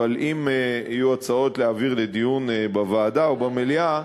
אבל אם יהיו הצעות להעביר לדיון בוועדה או במליאה,